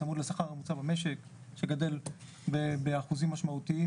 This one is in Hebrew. צמוד לשכר הממוצע במשק שגדל באחוזים משמעותיים,